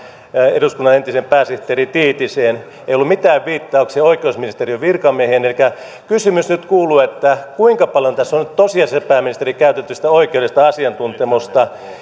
eduskunnan entiseen pääsihteeri tiitiseen ei ollut mitään viittauksia oikeusministeriön virkamiehiin kysymys nyt kuuluu kuinka paljon tässä on nyt tosiasiallisesti pääministeri käytetty sitä oikeudellista asiantuntemusta